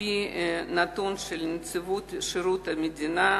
על-פי נתון של נציבות שירות המדינה,